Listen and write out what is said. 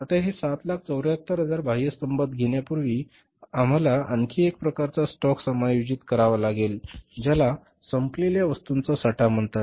आता हे 774000 बाह्य स्तंभात घेण्यापूर्वी आम्हाला आणखी एक प्रकारचा स्टॉक समायोजित करावा लागेल ज्याला संपलेल्या वस्तूंचा साठा म्हणतात